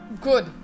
good